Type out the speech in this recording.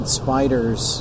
spiders